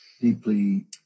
deeply